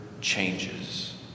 changes